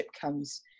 comes